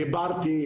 דיברתי,